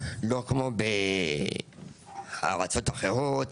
לא כמו בארצות אחרות